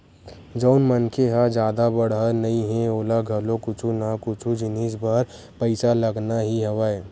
जउन मनखे ह जादा बड़हर नइ हे ओला घलो कुछु ना कुछु जिनिस बर पइसा लगना ही हवय